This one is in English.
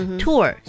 tour